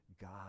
God